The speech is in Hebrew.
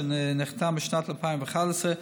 שנחתם בשנת 2011,